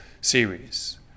series